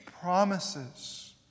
promises